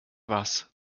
was